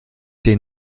den